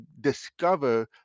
discover